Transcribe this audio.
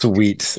Sweet